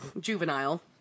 juvenile